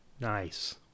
Nice